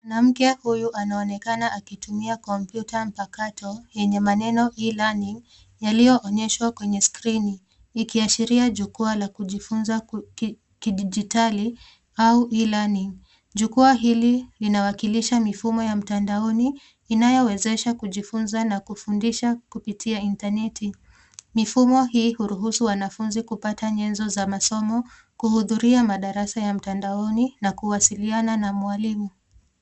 Mwanamke huyu anaonekana akitumia kompyuta mpakato yenye maneno E-learning yaliyoonyeshwa kwenye skrini, ikiashiria jukwaa la kujifunza kidigitali au E-learning . Jukwaa hili inawakilisha mifumo ya mtandaoni inayowezesha kujifunza na kufundisha kupitia intaneti. Mifumo hii huruhusu wanafunzi kupata nyenzo za masomo, kuhudhuria madarasa ya mtandaoni na kuwasiliana na mwalimu.